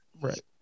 right